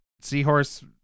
seahorse